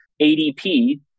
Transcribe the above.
ADP